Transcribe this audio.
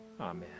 Amen